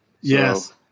Yes